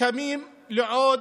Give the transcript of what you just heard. קמים לעוד